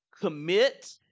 commit